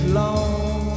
long